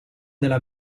della